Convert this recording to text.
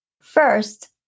First